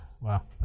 Wow